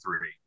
three